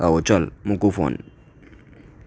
હોવ ચલ મૂકું ફોન